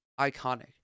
iconic